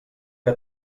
que